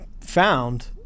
found –